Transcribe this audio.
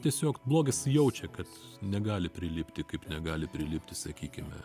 tiesiog blogis jaučia kad negali prilipti kaip negali prilipti sakykime